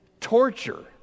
torture